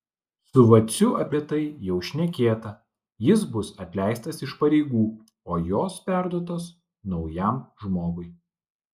su vaciu apie tai jau šnekėta jis bus atleistas iš pareigų o jos perduotos naujam žmogui